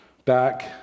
back